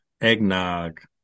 eggnog